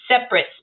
separate